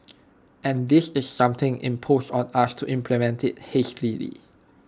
and this is something imposed on us to implement IT hastily